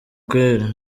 kweli